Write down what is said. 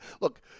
Look